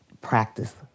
practice